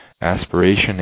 aspiration